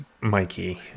mikey